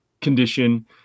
condition